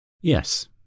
Yes